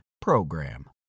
PROGRAM